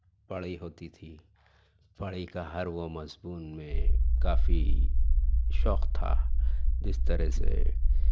پڑھائی ہوتی تھی پڑھائی کا ہر وہ مضمون میں کافی شوق تھا جس طرح سے